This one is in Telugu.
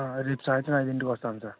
రేపు సాయంత్రం ఐదింటికి వస్తాను సార్